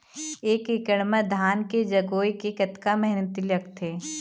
एक एकड़ म धान के जगोए के कतका मेहनती लगथे?